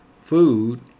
food